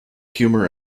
humor